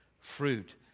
fruit